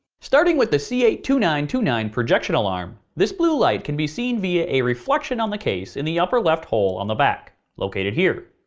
starting with the c eight two nine two nine projection alarm, this blue light can be seen via a reflection on the case in the upper left hole on the back, located here.